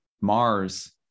Mars